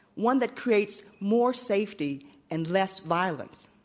one that creates more safety and less violence,